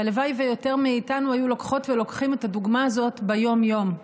הלוואי שיותר מאיתנו היו לוקחות ולוקחים את הדוגמה הזאת ביום-יום.